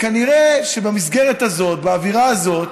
כנראה שבמסגרת הזאת, באווירה הזאת,